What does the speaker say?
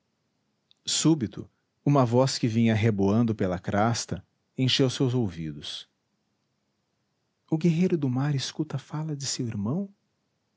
súbito uma voz que vinha reboando pela crasta encheu seus ouvidos o guerreiro do mar escuta a fala de seu irmão